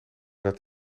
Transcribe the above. dat